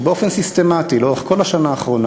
שבאופן סיסטמטי לאורך כל השנה האחרונה